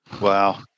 Wow